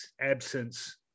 absence